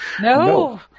No